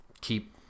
keep